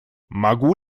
могу